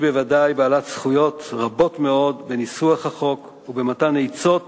שהיא בוודאי בעלת זכויות רבות מאוד בניסוח החוק ובמתן עצות